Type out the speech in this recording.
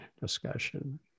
discussion